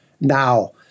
now